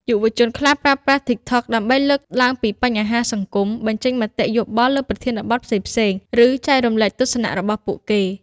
យុវជនខ្លះប្រើប្រាស់ TikTok ដើម្បីលើកឡើងពីបញ្ហាសង្គម បញ្ចេញមតិយោបល់លើប្រធានបទផ្សេងៗ ឬចែករំលែកទស្សនៈរបស់ពួកគេ។